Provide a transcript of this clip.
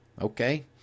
Okay